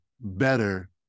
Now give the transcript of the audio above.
better